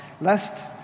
lest